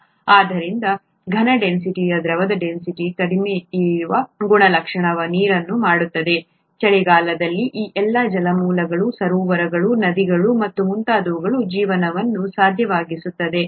ಆದ್ದರಿಂದ ಘನವಸ್ತುವಿನ ಡೆನ್ಸಿಟಿಯು ದ್ರವದ ಡೆನ್ಸಿಟಿಗಿಂತ ಕಡಿಮೆಯಿರುವ ಈ ಗುಣಲಕ್ಷಣವು ನೀರನ್ನು ಮಾಡುತ್ತದೆ ಚಳಿಗಾಲದಲ್ಲಿ ಆ ಎಲ್ಲಾ ಜಲಮೂಲಗಳು ಸರೋವರಗಳು ನದಿಗಳು ಮತ್ತು ಮುಂತಾದವುಗಳಲ್ಲಿ ಜೀವನವನ್ನು ಸಾಧ್ಯವಾಗಿಸುತ್ತದೆ